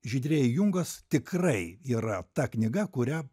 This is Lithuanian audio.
žydrieji jungos tikrai yra ta knyga kurią